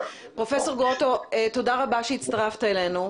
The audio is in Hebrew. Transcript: תודה רבה שהצטרפת אלינו.